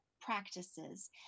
practices